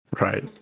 right